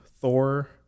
Thor